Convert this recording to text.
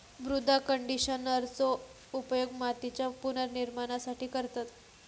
मृदा कंडिशनरचो उपयोग मातीच्या पुनर्निर्माणासाठी करतत